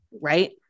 right